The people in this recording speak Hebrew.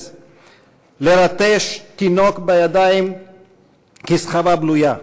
לרטש תינוק בידיים כסחבה בלויה,